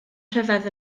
rhyfedd